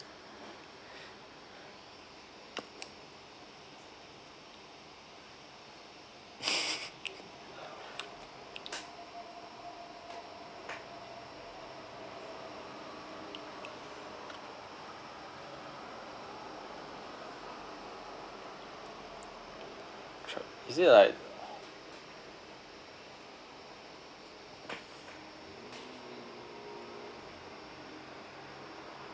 sh~ is it like